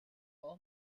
all